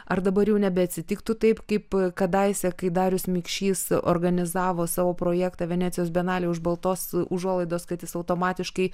ar dabar jau nebeatsitiktų taip kaip kadaise kai darius mikšys organizavo savo projektą venecijos bienalėje už baltos užuolaidos kad jis automatiškai